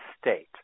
state